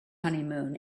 honeymoon